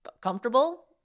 comfortable